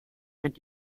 sind